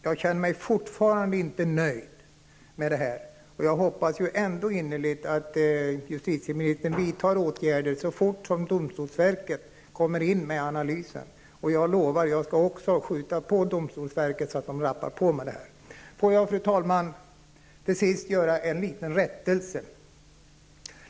Jag känner mig fortfarande inte nöjd, och jag hoppas innerligt att justitieministern vidtar åtgärder så snart som domstolsverket kommit med analysen. Jag lovar att också jag skall försöka få domstolsverket att rappa på med detta. Fru talman! Jag vill till sist göra ett litet tillrättaläggande.